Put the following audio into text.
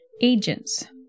agents